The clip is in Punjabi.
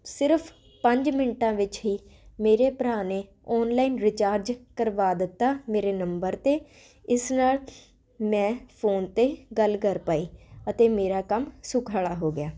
ਸਿਰਫ਼ ਪੰਜ ਮਿੰਟਾਂ ਵਿੱਚ ਹੀ ਮੇਰੇ ਭਰਾ ਨੇ ਔਨਲਾਈਨ ਰਿਚਾਰਜ ਕਰਵਾ ਦਿੱਤਾ ਮੇਰੇ ਨੰਬਰ 'ਤੇ ਇਸ ਨਾਲ ਮੈਂ ਫੋਨ 'ਤੇ ਗੱਲ ਕਰ ਪਾਈ ਅਤੇ ਮੇਰਾ ਕੰਮ ਸੁਖਾਲਾ ਹੋ ਗਿਆ